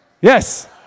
Yes